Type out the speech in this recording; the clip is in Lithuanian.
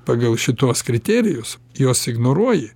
pagal šituos kriterijus juos ignoruoji